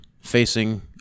Facing